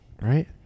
Right